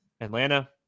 atlanta